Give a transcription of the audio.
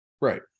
right